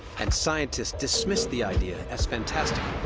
and scientists dismissed the idea as fantastical.